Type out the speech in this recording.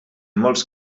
molts